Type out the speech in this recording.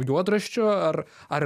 juodraščiu ar ar